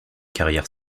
carrière